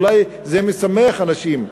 אולי זה משמח אנשים.